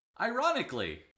Ironically